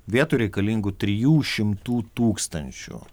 vietoj reikalingų trijų šimtų tūkstančių